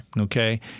okay